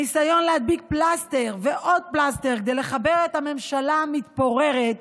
ניסיון להדביק פלסטר ועוד פלסטר כדי לחבר את הממשלה המתפוררת,